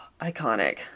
Iconic